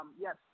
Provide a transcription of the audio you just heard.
yes